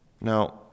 Now